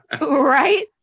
Right